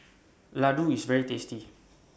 Ladoo IS very tasty